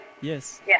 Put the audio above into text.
yes